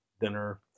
dinner